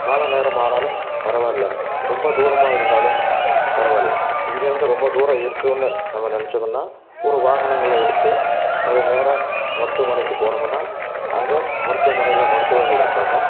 கால நேரம் ஆனாலும் பரவாயில்ல ரொம்ப தூரமாக இருந்தாலும் பரவாயில்ல இங்கேருந்து ரொம்ப தூரம் இருக்குனு நம்ம நெனைச்சமுன்னா ஒரு வாகனங்களை எடுத்து அது நேராக மருத்துவமனைக்குப் போனோமுன்னா அங்கே மருத்துவனையில் மருத்துவர்கள் இருப்பாங்க